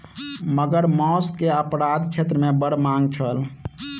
मगर मौस के अपराध क्षेत्र मे बड़ मांग छल